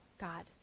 God